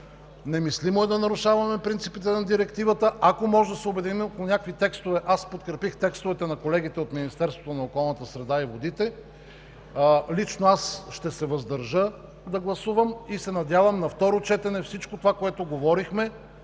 Немислимо е да нарушаваме принципите на Директивата. Ако можем да се обединим около някакви текстове – подкрепих текстовете на колегите от Министерството на околната среда и водите. Лично аз ще се въздържа да гласувам и се надявам на второ четене всичко това, за което говорихме,